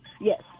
Yes